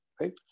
right